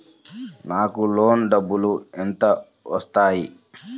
నాకు లోన్ డబ్బులు ఎంత వస్తాయి?